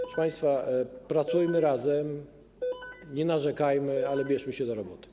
Proszę państwa, pracujmy razem, nie narzekajmy, ale bierzmy się do roboty.